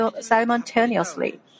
simultaneously